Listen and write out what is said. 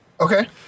Okay